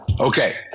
Okay